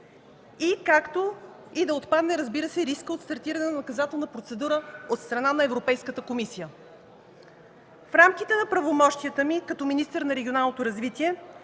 и да отпадне рискът от стартиране на наказателна процедура от страна на Европейската комисия. В рамките на правомощията ми като министър на регионалното развитие